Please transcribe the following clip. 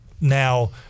now